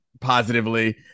positively